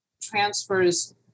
transfers